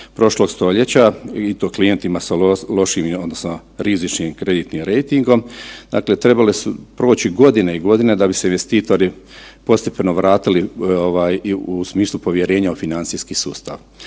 prošlog stoljeća i to klijentima sa lošim odnosno rizičnim kreditnim rejtingom, dakle trebali su proći godine i godine da bi se investitori postepeno vratili ovaj i u smislu povjerenja u financijski sustav.